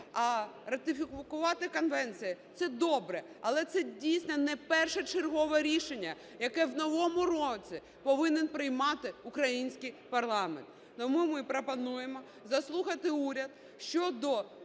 Ратифікувати конвенції – це добре, але це, дійсно, не першочергове рішення, яке в новому році повинен приймати український парламент. Тому ми пропонуємо заслухати уряд щодо